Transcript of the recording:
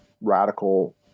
radical